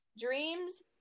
Dreams